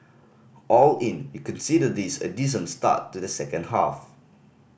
all in we consider this a decent start to the second half